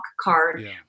card